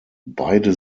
beide